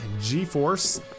G-Force